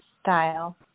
style